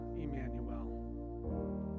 Emmanuel